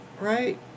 Right